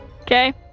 Okay